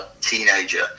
teenager